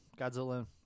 Godzilla